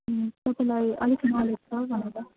तपाईँलाई अलिक नलेज छ भनेर